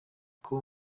kuba